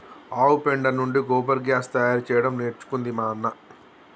ఆవు పెండ నుండి గోబర్ గ్యాస్ తయారు చేయడం నేర్చుకుంది మా అన్న